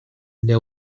для